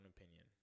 opinion